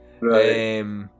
Right